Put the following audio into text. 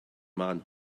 man